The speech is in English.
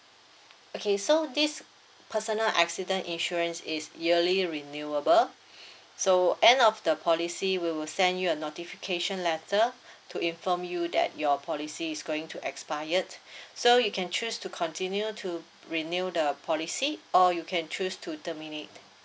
okay so this personal accident insurance is yearly renewable so end of the policy we will send you a notification letter to inform you that your policy is going to expired so you can choose to continue to renew the policy or you can choose to terminate